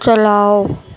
چلاؤ